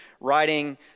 writing